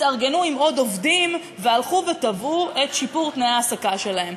התארגנו עם עוד עובדים והלכו ותבעו את שיפור תנאי ההעסקה שלהם.